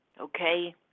Okay